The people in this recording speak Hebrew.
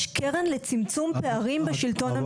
יש קרן לצמצום פערים בשלטון המקומי.